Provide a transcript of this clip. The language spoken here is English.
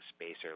spacer